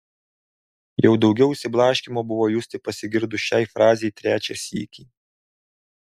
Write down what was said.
jau daugiau išsiblaškymo buvo justi pasigirdus šiai frazei trečią sykį